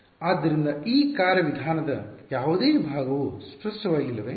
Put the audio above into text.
ಆದ್ದರಿಂದ ಈ ಕಾರ್ಯವಿಧಾನದ ಯಾವುದೇ ಭಾಗವು ಸ್ಪಷ್ಟವಾಗಿಲ್ಲವೇ